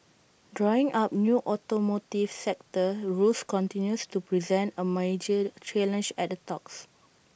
drawing up new automotive sector rules continues to present A major challenge at the talks